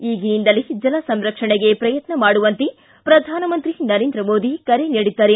ಈಗಿನಿಂದಲೇ ಜಲಸಂರಕ್ಷಣೆಗೆ ಪ್ರಯತ್ನ ಮಾಡುವಂತೆ ಪ್ರಧಾನಮಂತ್ರಿ ನರೇಂದ್ರ ಮೋದಿ ಕರೆ ನೀಡಿದ್ದಾರೆ